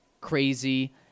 crazy